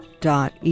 dot